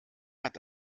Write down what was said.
hat